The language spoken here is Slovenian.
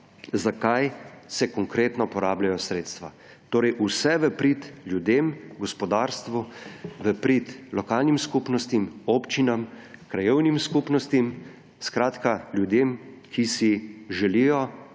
zakaj se konkretno porabljajo sredstva. Torej, vse v prid ljudem, gospodarstvu, v prid lokalnim skupnostim, občinam, krajevnim skupnostim; skratka ljudem, ki si želijo